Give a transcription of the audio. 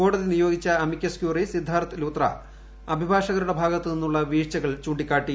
കോടതി നിയോഗിച്ച അമിക്കസ്ക്യൂറി സിദ്ധാർത്ഥ് ലുത്ര അഭിഭാഷകരുടെ ഭാഗത്തു നിന്നുള്ള വീഴ്ചകൾ ചൂണ്ടിക്കാട്ടി